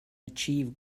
achieve